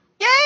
Yay